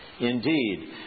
Indeed